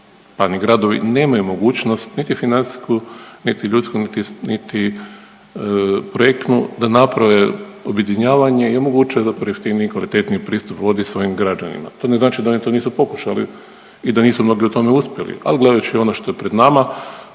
manji gradovi nemaju mogućnost niti financijsku niti ljudsku, niti projektnu da naprave objedinjavanje i omoguće zapravo jeftiniji i kvalitetniji pristup vodi svojim građanima. To ne znači da oni to nisu pokušali i da nisu mnogi u tome uspjeli, ali gledajući ono što je pred nama